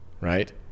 right